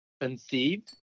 conceived